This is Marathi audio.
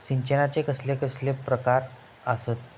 सिंचनाचे कसले कसले प्रकार आसत?